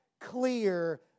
clear